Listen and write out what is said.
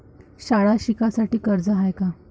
शाळा शिकासाठी कर्ज हाय का?